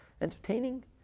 entertaining